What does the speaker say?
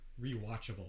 rewatchable